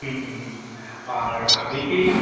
হুম হুম হুম আর আপনি কি